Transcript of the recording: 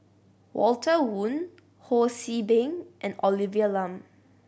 Walter Woon Ho See Beng and Olivia Lum